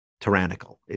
tyrannical